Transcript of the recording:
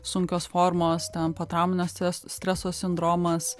sunkios formos ten potrauminio stres streso sindromas